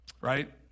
Right